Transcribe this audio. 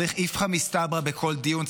צריך איפכא מסתברא בכל דיון.